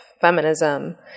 feminism